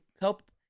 help